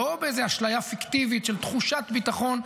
לא באיזו אשליה פיקטיבית של תחושת ביטחון,